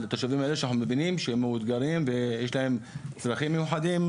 לתושבים האלה שאנחנו מבינים שהם מאותגרים ויש להם צרכים מיוחדים,